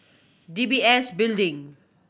D B S Building